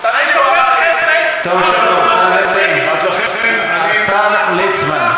אף אחד לא שר חוץ, אז לכן אני, חברים, השר ליצמן,